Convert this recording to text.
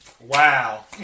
Wow